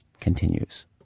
continues